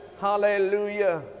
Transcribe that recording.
Hallelujah